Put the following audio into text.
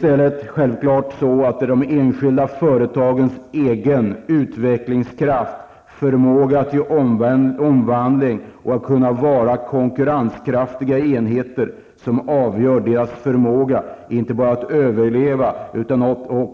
Självfallet är det de enskilda företagens egen utvecklingskraft, förmåga till omvandling och möjligheter att vara konkurrenskraftiga enheter som avgör om de